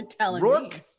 Rook